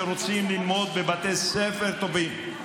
שרוצים ללמוד בבתי ספר טובים.